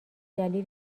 دلیل